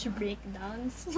breakdowns